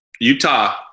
Utah